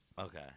Okay